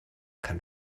kann